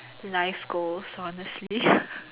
nice goals honestly